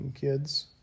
kids